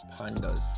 pandas